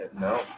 No